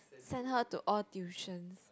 send her to all tuitions